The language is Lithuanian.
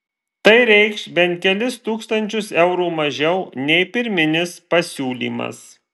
tai reikš bent kelis tūkstančius eurų mažiau nei pirminis pasiūlymas